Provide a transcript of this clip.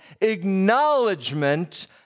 acknowledgement